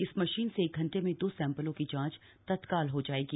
इस मशीन से एक घंटे में दो सैंपलों की जांच तत्काल हो जाएगी